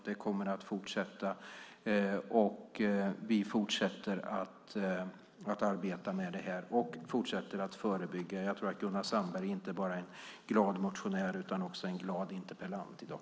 Det kommer att fortsätta, och vi fortsätter att arbeta med detta och fortsätter att förebygga. Jag tror att Gunnar Sandberg inte bara är en glad motionär utan också en glad interpellant i dag.